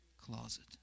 closet